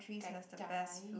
gai-gai